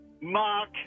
Mark